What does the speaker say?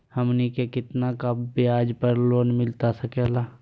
हमनी के कितना का ब्याज पर लोन मिलता सकेला?